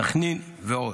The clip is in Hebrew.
סח'נין ועוד.